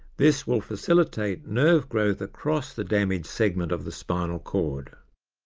this will facilitate nerve growth across the damaged segment of the spinal cord.